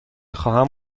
خواهم